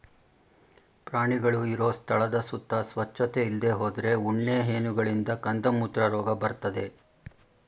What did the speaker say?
ಪ್ರಾಣಿಗಳು ಇರೋ ಸ್ಥಳದ ಸುತ್ತ ಸ್ವಚ್ಚತೆ ಇಲ್ದೇ ಹೋದ್ರೆ ಉಣ್ಣೆ ಹೇನುಗಳಿಂದ ಕಂದುಮೂತ್ರ ರೋಗ ಬರ್ತದೆ